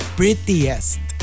prettiest